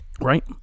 Right